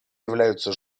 являются